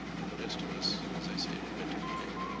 and the rest of us, as i said, better behave.